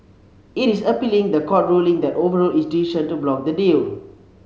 it is appealing the court ruling that overruled its decision to block the deal